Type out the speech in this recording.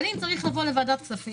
אבל אם זה צריך לבוא לוועדת הכספים,